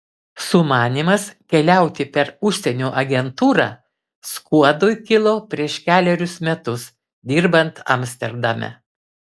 sumanymas keliauti per užsienio agentūrą skuodui kilo prieš kelerius metus dirbant amsterdame